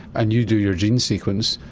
and you do your gene sequence,